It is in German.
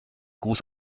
gruß